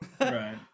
Right